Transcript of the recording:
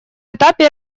этапе